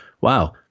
wow